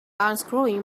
unscrewing